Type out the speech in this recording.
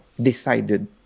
decided